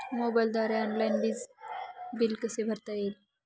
मोबाईलद्वारे ऑनलाईन वीज बिल कसे भरतात?